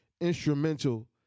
instrumental